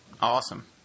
Awesome